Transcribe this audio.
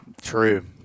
True